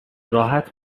راحت